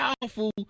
powerful